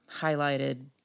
highlighted